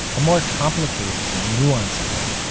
a more complicated and nuanced one.